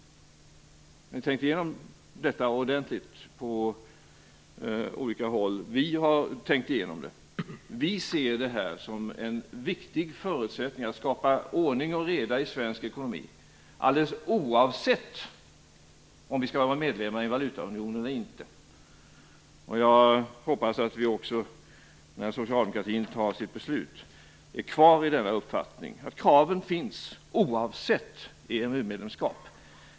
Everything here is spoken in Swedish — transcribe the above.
Man bör tänka igenom detta ordentligt på olika håll. Vi har tänkt igenom det. Vi ser det här som en viktig förutsättning för att skapa ordning och reda i svensk ekonomi, alldeles oavsett om vi skall vara medlemmar i valutaunionen eller inte. Jag hoppas att vi också, när socialdemokratin tar sitt beslut, är kvar i denna uppfattning och att kraven finns oavsett EMU medlemskap.